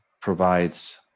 provides